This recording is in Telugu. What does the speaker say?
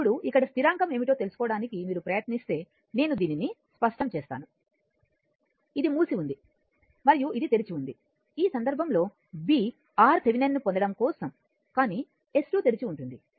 ఇప్పుడు ఇక్కడ స్థిరాంకం ఏమిటో తెలుసుకోవడానికి మీరు ప్రయత్నిస్తే నేను దీనిని స్పష్టం చేస్తాను ఇది మూసి ఉంది మరియు ఇది తెరిచి ఉంది ఈ సందర్భంలోబి RThevenin ను పొందడం కోసం కానీ S 2 తెరిచి ఉంటుంది